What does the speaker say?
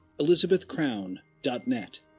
elizabethcrown.net